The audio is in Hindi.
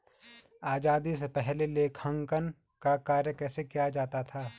आजादी से पहले लेखांकन का कार्य कैसे किया जाता था?